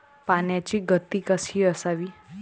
पाण्याची गती कशी असावी?